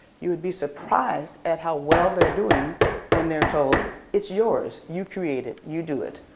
you would be surprised at how well they're doing when they're told it's yours. you create it. you do it.